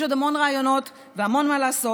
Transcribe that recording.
יש עוד המון רעיונות והמון מה לעשות.